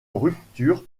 rupture